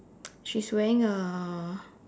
she's wearing a